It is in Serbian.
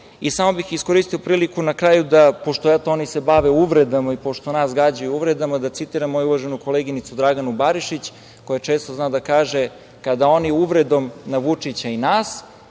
radu. Samo bih iskoristio priliku na kraju da, pošto eto, oni se bave uvredama i pošto nas gađaju uvredama, da citiram moju uvaženu koleginicu Draganu Barišić koja često zna da kaže: "Kada oni uvredom na Vučića i nas,